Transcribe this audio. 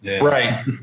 Right